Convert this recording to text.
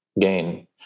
gain